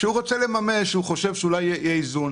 כשהם רוצים לממש וחושבים שאולי יהיה איזון.